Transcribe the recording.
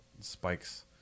Spike's